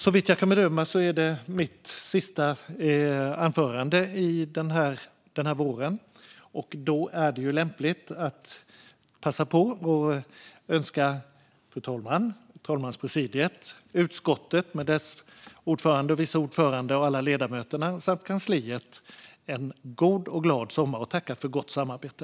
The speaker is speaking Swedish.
Såvitt jag kan bedöma är detta mitt sista anförande den här våren. Då är det lämpligt att passa på att önska fru talmannen, talmanspresidiet, utskottet med dess ordförande och vice ordförande och alla ledamöter samt kansliet en god och glad sommar. Tack för gott samarbete!